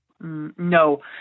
No